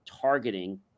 targeting